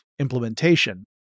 Implementation